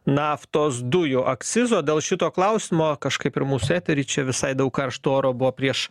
naftos dujų akcizo dėl šito klausimo kažkaip ir mūsų etery čia visai daug karšto oro buvo prieš